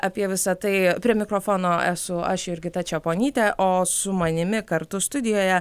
apie visą tai prie mikrofono esu aš jurgita čeponytė o su manimi kartu studijoje